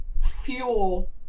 fuel